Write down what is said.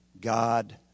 God